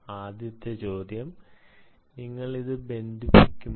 ആദ്യത്തെ ചോദ്യം നിങ്ങൾ ഇത് ബന്ധിപ്പിക്കുമോ